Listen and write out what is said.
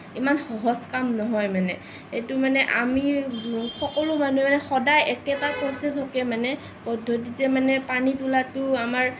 ইমান সহজ কাম নহয় মানে এইটো মানে আমি সকলো মানুহে সদায় একেটা প্ৰছেছকে মানে পদ্ধতিতে মানে পানী তুলাটো আমাৰ